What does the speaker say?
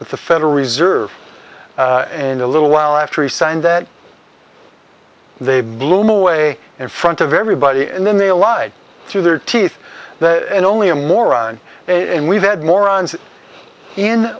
the federal reserve in a little while after he signed that they blew me away in front of everybody and then they lied through their teeth and only a moron in we've had morons in